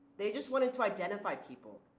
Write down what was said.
they just wanted to identify people,